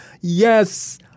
Yes